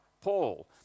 Paul